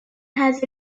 has